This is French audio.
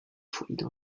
toutefois